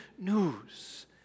news